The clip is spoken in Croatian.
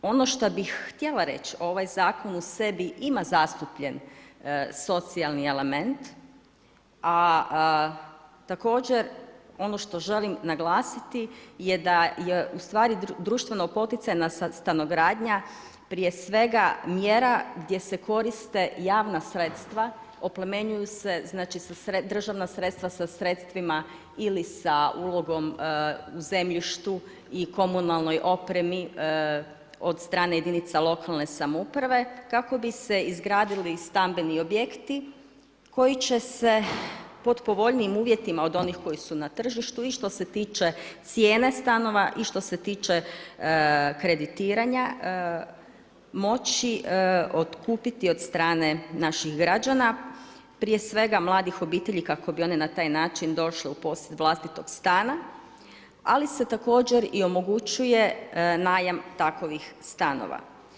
Ono što bi htjela reći, ovaj zakon u sebi ima zastupljen socijalni element a također ono što želim naglasiti je da je ustvari društveno poticajna stanogradnja prije svega mjera gdje se koriste javna sredstva, oplemenjuju se državna sredstva sa sredstvima ili sa ulogom u zemljištu i komunalnoj opremi od strane jedinica lokalne samouprave kako bi se izgradili stambeni objekti koji će se pod povoljnijim uvjetima od onih koji su na tržištu i što se tiče cijene stanova i što se tiče kreditiranja, moći otkupiti od strane naših građana, prije svega mladih obitelji kako bi one na taj način došle u posjed vlastitog stana ali se također i omogućuje najam takvih stanova.